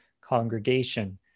congregation